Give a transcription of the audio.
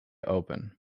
open